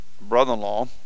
brother-in-law